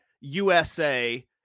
USA